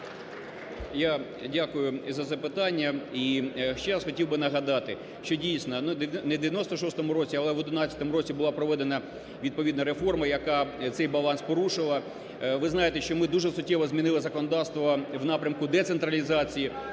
Я дякую за запитання. І ще раз хотів би нагадати, що дійсно не у 1996 році, але в 2011 році була проведена відповідна реформа, яка цей баланс порушила. Ви знаєте, що ми дуже суттєво змінили законодавство в напрямку децентралізації